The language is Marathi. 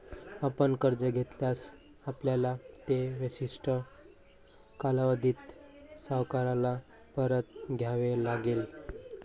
आपण कर्ज घेतल्यास, आपल्याला ते विशिष्ट कालावधीत सावकाराला परत द्यावे लागेल